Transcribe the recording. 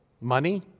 Money